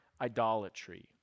idolatry